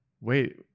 wait